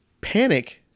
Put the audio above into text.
Panic